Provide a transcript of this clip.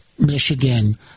michigan